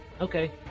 Okay